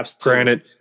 Granted